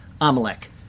Amalek